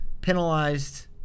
penalized